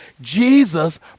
Jesus